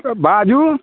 बाजू